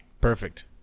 Perfect